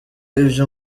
ivyo